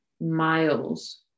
miles